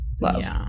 love